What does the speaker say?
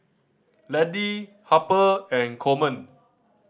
Laddie Harper and Coleman